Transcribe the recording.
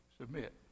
submit